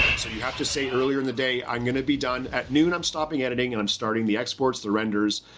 so you have to say, earlier in the day, i'm gonna be done at noon, i'm stopping editing and i'm starting the exports, the renders,